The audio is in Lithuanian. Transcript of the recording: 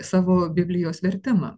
savo biblijos vertimą